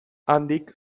handik